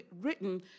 written